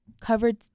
covered